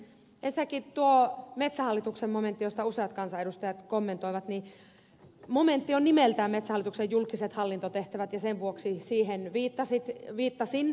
ensinnäkin tuo metsähallituksen momentti jota useat kansanedustajat kommentoivat on nimeltään metsähallituksen julkiset hallintotehtävät ja sen vuoksi siihen viittasin